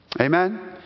Amen